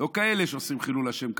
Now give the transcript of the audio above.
לא כאלה שעושים חילול השם,